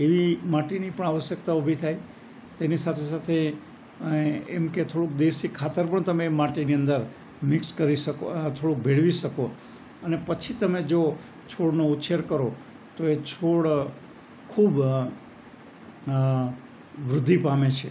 માટીની પણ આવશ્યકતા ઉભી થાય તેની સાથે સાથે એમ કે થોડુંક દેશી ખાતર પણ તમે માટીની અંદર મિક્સ કરી શકો આ થોડું ભેળવી શકો અને પછી તમે જુઓ છોડનો ઉછેર કરો તો એ છોડ ખૂબ વૃદ્ધિ પામે છે